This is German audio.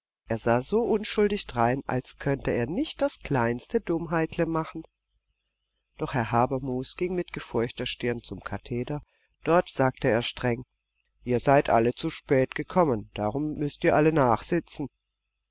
er sah so unschuldig drein als könnte er nicht das kleinste dummheitle machen doch herr habermus ging mit gefurchter stirn zum katheder dort sagte er streng ihr seid alle zu spät gekommen darum müßt ihr alle nachsitzen